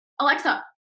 Alexa